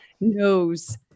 knows